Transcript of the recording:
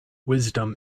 wisdom